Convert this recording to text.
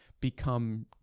become